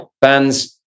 bands